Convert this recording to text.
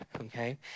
okay